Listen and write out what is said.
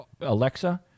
Alexa